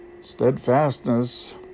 Steadfastness